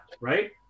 right